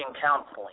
counseling